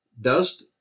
Dust